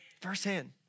Firsthand